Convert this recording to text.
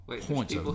points